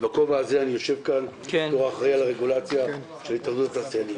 ובכובע הזה אני יושב כאן בתור האחראי על הרגולציה של התאחדות התעשיינים.